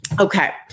Okay